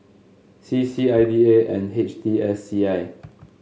C C I D A and H T I C I